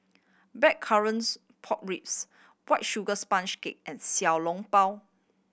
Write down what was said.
blackcurrants pork ribs White Sugar Sponge Cake and Xiao Long Bao